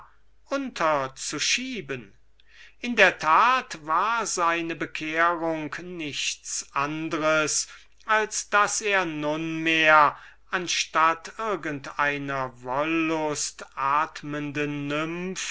unterschieben denn in der tat war seine bekehrung nichts anders als daß er nunmehr anstatt irgend einer wollust atmenden